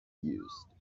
used